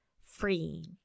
freeing